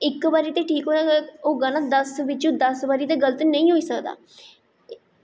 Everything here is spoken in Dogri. इक्क बारी ते ठीक होगा ना दस्स बिच्चा दस्स बारी ठीक ते नेईं होई सकदा